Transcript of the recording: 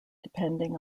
depending